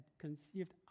conceived